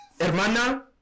Hermana